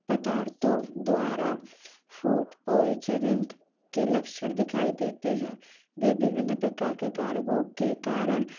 पदार्थों द्वारा food poisoning के लक्षण दिखाई देते हैं वे विभिन्न प्रकार के कारकों के कारण